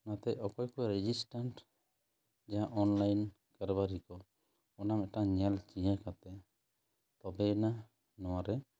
ᱚᱱᱟᱛᱮ ᱚᱠᱚᱭ ᱠᱚ ᱨᱮᱡᱤᱥᱴᱟᱱᱴ ᱡᱟᱦᱟᱸ ᱚᱱᱞᱟᱭᱤᱱ ᱠᱟᱨᱵᱟᱨᱤ ᱠᱚ ᱚᱱᱟ ᱢᱤᱫᱴᱟᱝ ᱧᱮᱞ ᱪᱤᱭᱟᱹ ᱠᱟᱛᱮ ᱛᱚᱵᱮᱭᱟᱱᱟᱜ ᱱᱚᱣᱟ ᱨᱮ